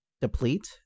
deplete